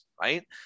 Right